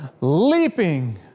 leaping